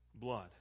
blood